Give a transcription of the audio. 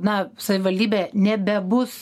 na savivaldybė nebebus